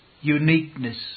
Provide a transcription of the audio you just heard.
uniqueness